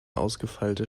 ausgefeilte